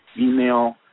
email